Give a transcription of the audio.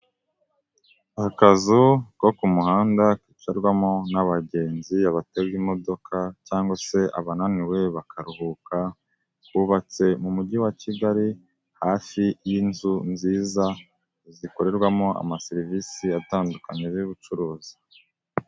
Akazu ko ku mu handa kicarwamo n'abagenzi, abatega imodoka cyangwa se abananiwe bakaruhuka kubatse mu mujyi wa Kigali hafi y'inzu nziza zikorerwamo amaserivisi atandukanye y'ubucuruzi.